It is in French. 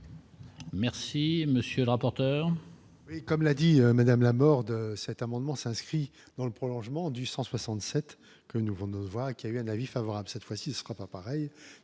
Merci, monsieur le rapporteur. Et comme l'a dit Madame Laborde, cet amendement, s'inscrit dans le prolongement du 167 que nous vont qui a eu un avis favorable cette fois-ci sera pas pareil,